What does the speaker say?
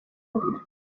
imbere